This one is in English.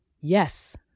Yes